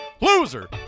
Loser